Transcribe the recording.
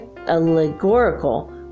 allegorical